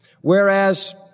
whereas